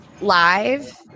live